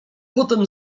potem